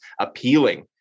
appealing